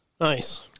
nice